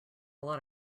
lot